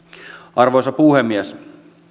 arvoisa puhemies